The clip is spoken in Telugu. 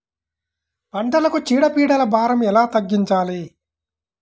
పంటలకు చీడ పీడల భారం ఎలా తగ్గించాలి?